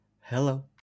Hello